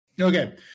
Okay